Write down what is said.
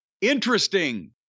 interesting